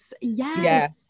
yes